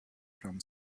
from